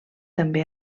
també